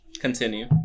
continue